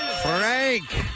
Frank